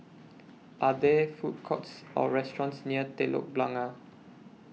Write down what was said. Are There Food Courts Or restaurants near Telok Blangah